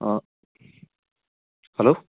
hello